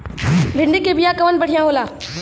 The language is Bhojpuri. भिंडी के बिया कवन बढ़ियां होला?